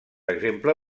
exemple